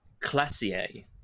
Classier